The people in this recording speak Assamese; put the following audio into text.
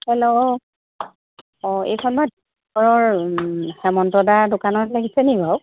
হেল্ল' অঁ এইখনত অঁ হেমন্ত দাৰ দোকানত লাগিছে নি বাৰু